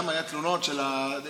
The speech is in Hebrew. גם היו תלונות של הדתיים,